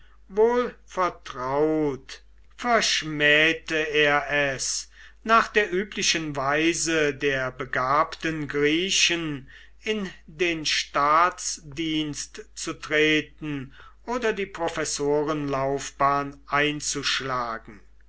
verhältnissen wohlvertraut verschmähte er es nach der üblichen weise der begabten griechen in den staatsdienst zu treten oder die professorenlaufbahn einzuschlagen